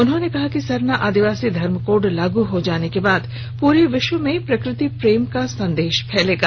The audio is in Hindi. उन्होंने कहा कि सरना आदिवासी धर्म कोड लागू हो जाने के बाद पूरे विश्व में प्रकृति प्रेम का संदेश फैलेगा